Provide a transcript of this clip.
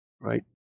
right